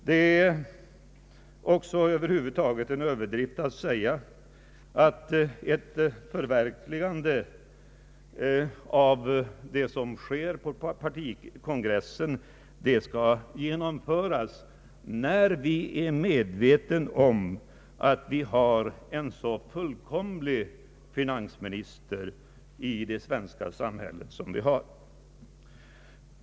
Det är också en överdrift att säga att ett förverkligande av beslut som fattas på partikongressen skall genomföras. Vi är ju medvetna om att vi har en fullkomlig finansminister i det svenska samhället.